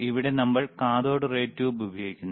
ഇവിടെ നമ്മൾ cathode ray tube ഉപയോഗിക്കുന്നു